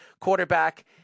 quarterback